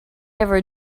ever